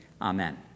Amen